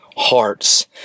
Hearts